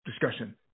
discussion